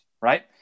right